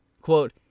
quote